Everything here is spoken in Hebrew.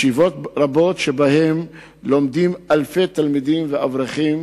יש בה ישיבות רבות שלומדים בהן אלפי תלמידים ואברכים,